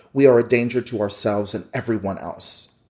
we are a danger to ourselves and everyone else